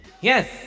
yes